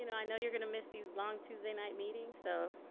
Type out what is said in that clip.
you know i know you're gonna miss these long tuesday night meetings so.